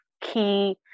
key